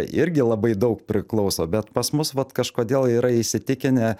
irgi labai daug priklauso bet pas mus vat kažkodėl yra įsitikinę